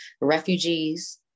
refugees